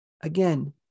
Again